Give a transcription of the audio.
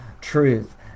truth